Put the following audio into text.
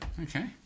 Okay